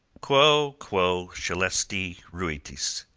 quo, quo, scelesti, ruitis?